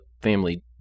family